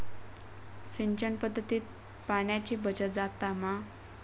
सिंचन पध्दतीत पाणयाची बचत जाता मा?